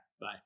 Bye